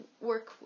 work